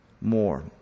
more